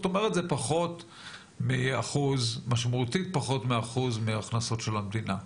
זאת אומרת זה משמעותית פחות מ-1% מההכנסות של המדינה,